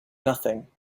nothing